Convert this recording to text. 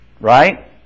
Right